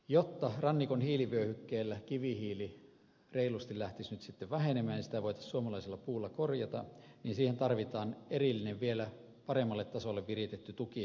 jotta rannikon hiilivyöhykkeellä kivihiili reilusti lähtisi nyt sitten vähenemään ja sitä voitaisiin suomalaisella puulla korvata siihen tarvitaan vielä erillinen paremmalle tasolle viritetty tuki